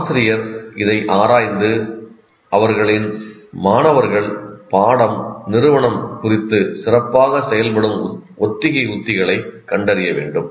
ஆசிரியர் இதை ஆராய்ந்து அவர்களின் மாணவர்கள் பாடம் நிறுவனம் குறித்து சிறப்பாக செயல்படும் ஒத்திகை உத்திகளைக் கண்டறிய வேண்டும்